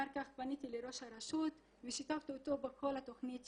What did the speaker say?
אחר כך פניתי לראש הרשות ושיתפתי אותו בכל התכנית שעשיתי.